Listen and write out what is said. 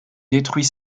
détruit